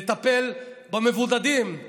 לטפל במבודדים,